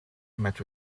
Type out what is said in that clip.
met